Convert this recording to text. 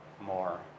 more